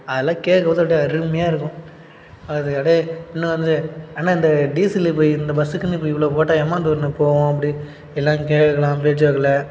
அதெல்லாம் கேட்கும்போது அப்படியே அருமையாக இருக்கும் அது அப்படியே இன்னும் வந்து அண்ணன் இந்த டீசலு இப்போ இந்த பஸ்ஸுக்குன்னு இப்போ இவ்வளோ போட்டால் எம்மா தூரம்ண்ண போகும் அப்படின் எல்லாம் கேட்கலாம் பேச்சு வாக்கில்